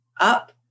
up